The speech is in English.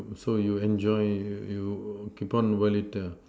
so you enjoy you you become over it lah